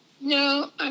No